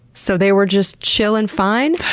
so, they were just chillin' fine?